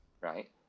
Right